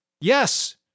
yes